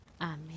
Amen